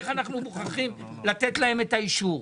איך אנחנו מוכרחים לתת להם את האישור.